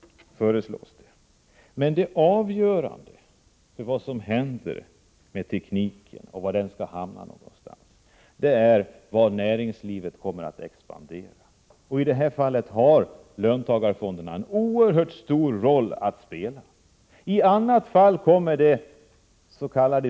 Men det avgörande för vad som händer med tekniken och var den skall hamna är var näringslivet kommer att expandera. I det här fallet spelar löntagarfonderna en oerhört stor roll. I annat fall kommer dets.k.